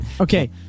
Okay